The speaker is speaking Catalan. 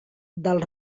del